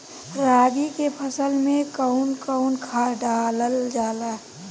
रागी के फसल मे कउन कउन खाद डालल जाला?